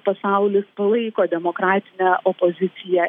pasaulis palaiko demokratinę opoziciją